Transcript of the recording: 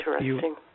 interesting